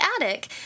attic